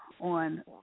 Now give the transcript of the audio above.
on